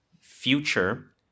Future